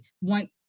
want